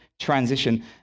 Transition